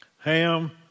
Ham